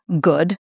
good